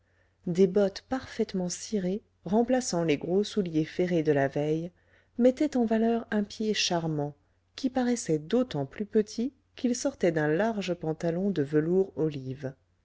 des bottes parfaitement cirées remplaçant les gros souliers ferrés de la veille mettaient en valeur un pied charmant qui paraissait d'autant plus petit qu'il sortait d'un large pantalon de velours olive